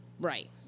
Right